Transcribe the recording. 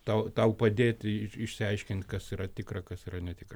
tau tau padėti išsiaiškint kas yra tikra kas yra netikra